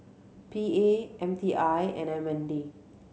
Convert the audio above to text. P A M T I and M N D